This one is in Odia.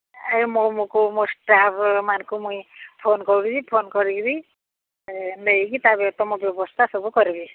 ଏଇ ମୋ ମୁଁ ମୁଁ କେଉଁ ମୋ ଷ୍ଟାଫ୍ମାନଙ୍କୁ ମୁଇଁ ଫୋନ୍ କରିବି ଫୋନ୍ କରିକରି ନେଇକି ତା ବ୍ୟବସ୍ଥା ସବୁ କରିବି